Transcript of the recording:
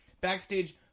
Backstage